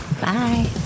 Bye